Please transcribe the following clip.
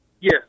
Yes